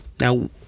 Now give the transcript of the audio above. Now